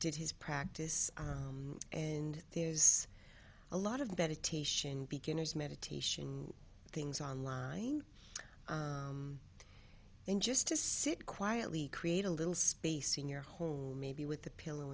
did his practice and there's a lot of meditation beginner's meditation things on line and just to sit quietly create a little space in your home maybe with the pillow